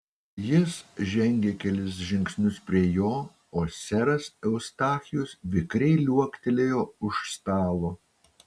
jis žengė kelis žingsnius prie jo o seras eustachijus vikriai liuoktelėjo už stalo